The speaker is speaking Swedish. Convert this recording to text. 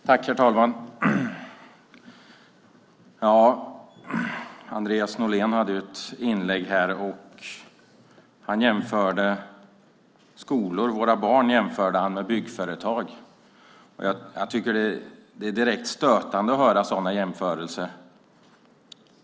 Herr talman! Andreas Norlén jämförde skolorna och våra barn med byggföretag. Jag tycker att sådana jämförelser är direkt stötande.